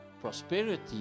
prosperity